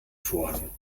vorhang